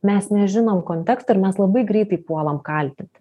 mes nežinom konteksto ir mes labai greitai puolam kaltinti